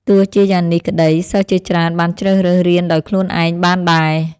ទោះជាយ៉ាងនេះក្តី សិស្សជាច្រើនបានជ្រើសរើសរៀនដោយខ្លួនឯងបានដែរ។